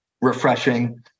refreshing